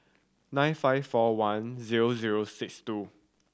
nine five four one zero zero six two